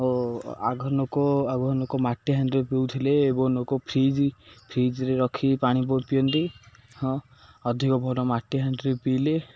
ଓ ଆଗ ନୋକ ଆଗ ନୋକ ମାଟିହାଣ୍ଡିରେ ପିଉଥିଲେ ଏବଂ ଲୋକ ଫ୍ରିଜ୍ ଫ୍ରିଜ୍ରେ ରଖି ପାଣି ପ ପିଅନ୍ତି ହଁ ଅଧିକ ଭଲ ମାଟିହାଣ୍ଡିରେ ପିଇଲେ